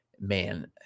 man